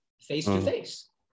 face-to-face